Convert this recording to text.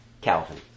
Calvin